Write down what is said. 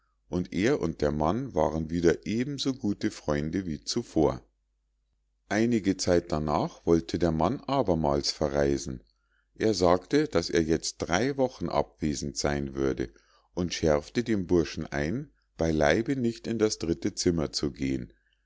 und er und der mann waren wieder eben so gute freunde wie zuvor einige zeit darnach wollte der mann abermals verreisen er sagte daß er jetzt drei wochen abwesend sein würde und schärfte dem burschen ein beileibe nicht in das dritte zimmer zu gehen